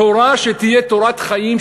תורה שתהיה תורת חיים,